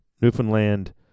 Newfoundland